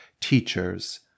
teachers